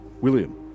William